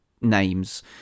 Names